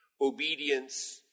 Obedience